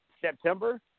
September